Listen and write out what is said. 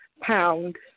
pound